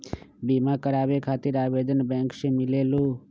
बिमा कराबे खातीर आवेदन बैंक से मिलेलु?